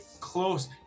close